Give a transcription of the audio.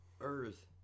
Earth